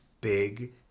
big